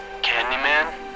Candyman